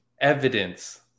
evidence